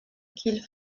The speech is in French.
qu’il